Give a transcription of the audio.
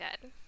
good